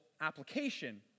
application